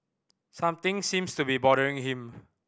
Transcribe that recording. something seems to be bothering him